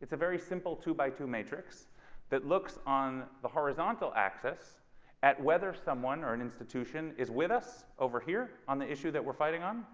it's a very simple two by two matrix that looks on the horizontal axis at whether someone or an institution is with us over here on the issue that we're fighting on